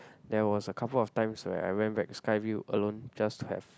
there was a couple of times where I went back Skyview alone just have